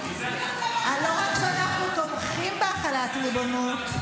לא רק שאנחנו תומכים בהחלת ריבונות,